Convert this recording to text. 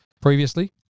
previously